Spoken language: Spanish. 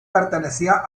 pertenecía